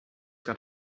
got